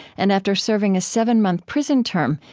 and after serving a seven-month prison term,